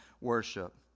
worship